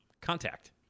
Contact